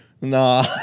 Nah